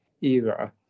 era